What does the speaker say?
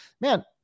man